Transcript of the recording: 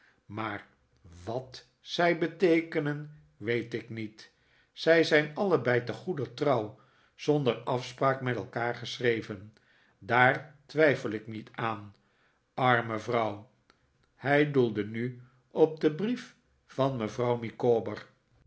maar wat zij beteekenen weet ik niet zij zijn allebei te goeder trouw zonder afspraak met elkaar geschreven daar twijfel ik niet aan arme vrouw hij doelde nu op den brief van mevrouw